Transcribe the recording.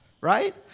right